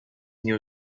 new